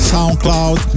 SoundCloud